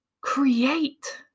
Create